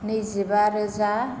नैजिबा रोजा